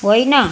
होइन